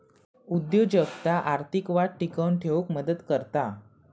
उद्योजकता आर्थिक वाढ टिकवून ठेउक मदत करता